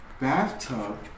bathtub